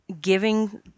giving